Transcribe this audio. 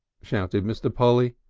shouted mr. polly.